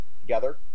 together